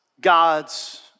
God's